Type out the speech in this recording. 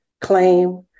claim